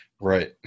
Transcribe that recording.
Right